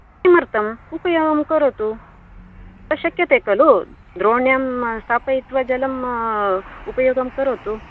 किमर्थम् उपयोगं करोतु तत् शक्यते खलु द्रोण्यां स्थापयित्वा जलम् उपयोगं करोतु